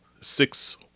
six